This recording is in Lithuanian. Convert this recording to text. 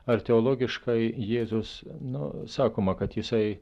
ar teologiškai jėzus na sakoma kad jisai